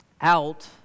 out